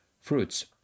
fruits